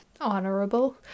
Honorable